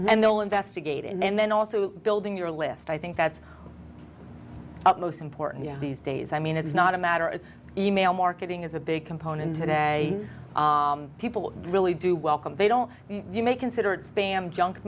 and they'll investigate and then also building your list i think that's up most important these days i mean it's not a matter of email marketing is a big component today people really do welcome they don't you may consider it spam junk